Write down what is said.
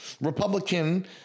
Republican